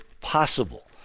possible